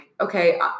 okay